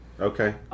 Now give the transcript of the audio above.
Okay